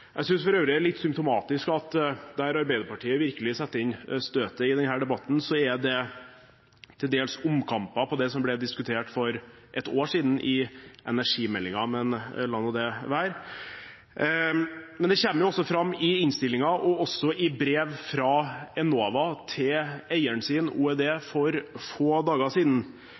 Jeg synes for øvrig det er litt symptomatisk at der Arbeiderpartiet virkelig setter inn støtet i denne debatten, er til dels på omkamper om det som ble diskutert for et år siden i forbindelse med energimeldingen. Men la nå det være. Det kommer fram i innstillingen og også i brev fra Enova til sin eier, Olje- og energidepartementet, for få dager siden,